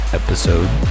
episode